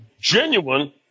genuine